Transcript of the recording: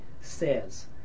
says